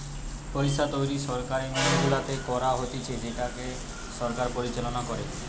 পইসা তৈরী সরকারি মিন্ট গুলাতে করা হতিছে যেটাকে সরকার পরিচালনা করে